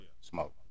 Smoke